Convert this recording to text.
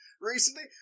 Recently